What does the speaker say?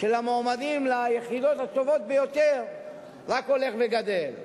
של המועמדים ליחידות הטובות ביותר רק הולך וגדל.